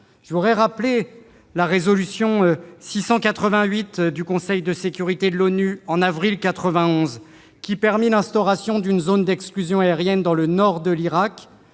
Je rappellerai la résolution 688 du Conseil de sécurité de l'ONU, adoptée en avril 1991, qui permit l'instauration d'une zone d'exclusion aérienne dans le nord de l'Irak.